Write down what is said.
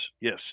yes